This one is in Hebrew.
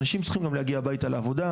אנשים צריכים גם להגיע הביתה ולעבודה,